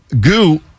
Goo